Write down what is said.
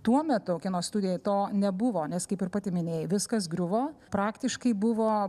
tuo metu kino studijoj to nebuvo nes kaip ir pati minėjai viskas griuvo praktiškai buvo